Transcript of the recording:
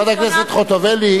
חברת הכנסת חוטובלי,